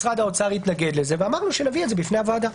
משרד האוצר התנגד לזה ואמרנו שנביא את זה בפני הוועדה.